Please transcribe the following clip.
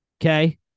okay